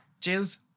Cheers